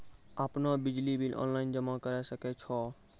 आपनौ बिजली bill online जमा करै सकै छौ?